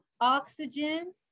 oxygen